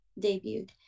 debuted